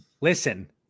Listen